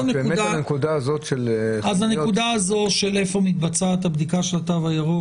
בנקודה הזאת של היכן מתבצעת הבדיקה של התו הירוק,